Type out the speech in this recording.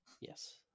yes